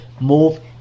move